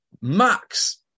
Max